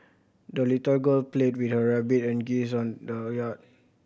the little girl played with her rabbit and geese on the yard